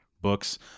books